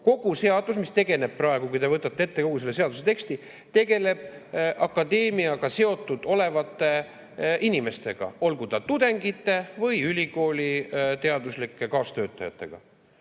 Kogu seadus tegeleb praegu – [te näete,] kui te võtate ette kogu selle seaduse teksti – akadeemiaga seotud olevate inimestega, olgu tudengite või ülikooli teaduslike kaastöötajatega.